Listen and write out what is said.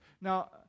Now